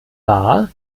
war